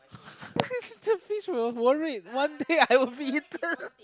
the fish will worried one day I will be eaten